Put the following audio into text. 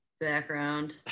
background